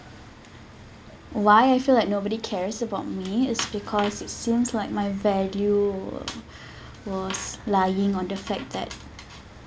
why I feel like nobody cares about me is because it seems like my value was lying on the fact that